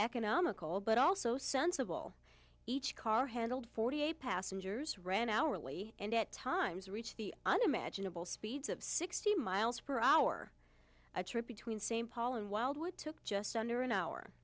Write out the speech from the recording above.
economical but also sensible each car handled forty eight passengers ran hourly and at times reached the unimaginable speeds of sixty miles per hour a trip between same paul and wildwood took just under an hour